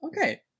Okay